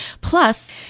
plus